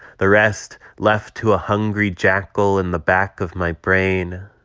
the rest, left to a hungry jackal in the back of my brain